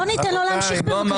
בואו ניתן לו להמשיך, בבקשה.